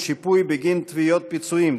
שיפוי בגין תביעות פיצויים),